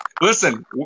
listen